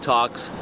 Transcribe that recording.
Talks